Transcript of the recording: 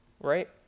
right